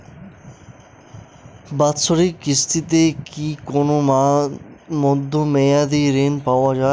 বাৎসরিক কিস্তিতে কি কোন মধ্যমেয়াদি ঋণ পাওয়া যায়?